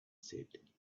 said